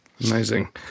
Amazing